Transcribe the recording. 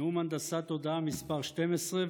נאום הנדסת תודעה מס' 12,